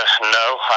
no